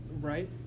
right